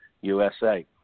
USA